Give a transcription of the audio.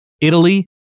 Italy